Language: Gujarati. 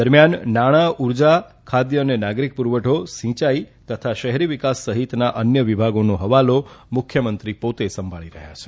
દરમિયાન નાણાં ઉર્જા ખાદ્ય અને નાગરિક પુરવઠો સિંચાઇ તથા શહેરી વિકાસ સહિતના અન્ય વિભાગોનો હવાલો મુખ્યમંત્રી પોતે સંભાળી રહ્યા છે